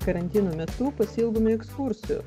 karantino metu pasiilgome ekskursijų